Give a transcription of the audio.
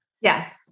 Yes